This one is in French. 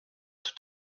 tout